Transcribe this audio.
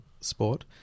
sport